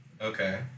Okay